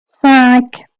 cinq